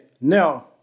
Now